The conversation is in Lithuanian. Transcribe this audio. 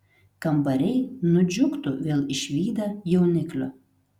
kambariai nudžiugtų vėl išvydę jauniklių